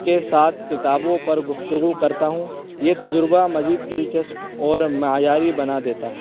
کے ساتھ کتابوں پر گفتگو کرتا ہوں یہ تجربہ مزید دلچسپ اور معیاری بنا دیتا ہے